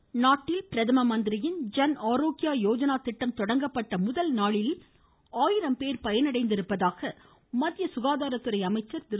யேனனய நாட்டில் பிரதம மந்திரியின் ஜன் ஆரோக்யா யோஜ்னா திட்டம் தொடங்கப்பட்ட முதல்நாளில் ஆயிரம் பேர் பயனடைந்திருப்பதாக மத்திய சுகாதாரத்துறை அமைச்சர் திரு